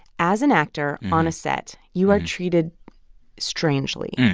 as an actor on a set, you are treated strangely.